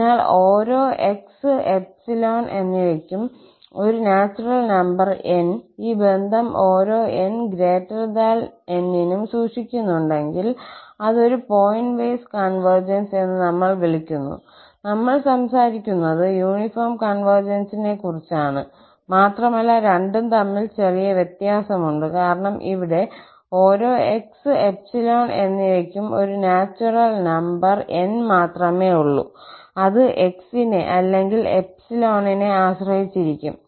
അതിനാൽ ഓരോ 𝑥𝜖 എന്നിവയ്ക്കും ഒരു നാച്ചുറൽ നമ്പർ 𝑁 ഈ ബന്ധം ഓരോ n≥N നും സൂക്ഷിക്കുന്നുണ്ടെങ്കിൽ അത് ഒരു പോയിന്റ് വൈസ് കോൺവെർജൻസ് എന്ന് നമ്മൾ വിളിക്കുന്നു നമ്മൾ സംസാരിക്കുന്നത് യൂണിഫോം കോൺവെർജൻസിനെ കുറിച്ചാണ് മാത്രമല്ല രണ്ടും തമ്മിൽ ചെറിയ വ്യത്യാസം ഉണ്ട് കാരണം ഇവിടെ ഓരോ 𝑥 𝜖 എന്നിവയ്ക്കും ഒരു നാച്ചുറൽ നമ്പർ 𝑁 മാത്രമേ ഉള്ളൂ അത് xനെ അല്ലെങ്കിൽ നെ ആശ്രയിച്ചിരിക്കും